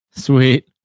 Sweet